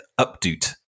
updoot